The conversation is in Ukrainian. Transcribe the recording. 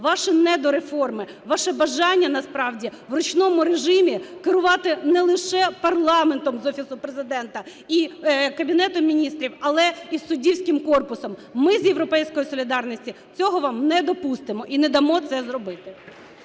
ваші недореформи, ваше бажання насправді в ручному режимі керувати не лише парламентом з Офісом Президента і Кабінетом Міністрів, але і суддівським корпусом. Ми з "Європейської солідарності" цього вам недопустимо і не дамо це зробити.